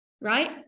right